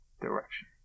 direction